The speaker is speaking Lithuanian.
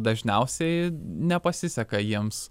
dažniausiai nepasiseka jiems